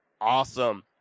awesome